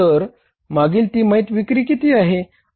तर मागील तिमाहीत विक्री किती आहे